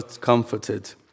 comforted